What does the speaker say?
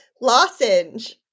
Lozenge